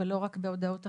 ולא רק בהודעות החירום.